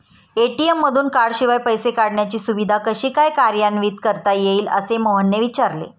ATM मधून कार्डशिवाय पैसे काढण्याची सुविधा कशी काय कार्यान्वित करता येईल, असे मोहनने विचारले